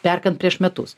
perkant prieš metus